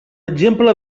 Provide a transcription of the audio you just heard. exemple